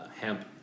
hemp